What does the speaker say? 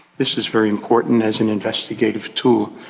this is very important as an investigative tool.